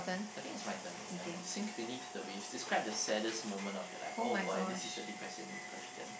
I think it's my turn ya okay sink beneath the waves describe the saddest moment of your life oh boy this is a depressing question